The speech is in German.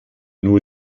nur